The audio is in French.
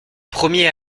premier